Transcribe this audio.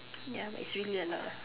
ya but it's really a lot ah